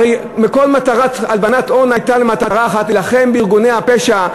הרי כל מטרת הלבנת הון הייתה אחת: להילחם בארגוני הפשע,